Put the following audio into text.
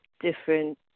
different